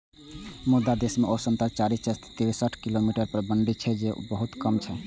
मुदा देश मे औसतन चारि सय तिरेसठ किलोमीटर पर मंडी छै, जे बहुत कम छै